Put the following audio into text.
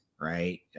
right